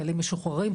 חיילים משוחררים,